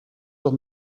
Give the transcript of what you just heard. doch